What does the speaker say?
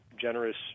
generous